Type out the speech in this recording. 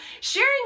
sharing